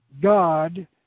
God